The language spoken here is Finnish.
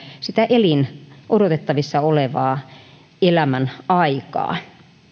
sitä ihmisen odotettavissa olevaa elämänaikaa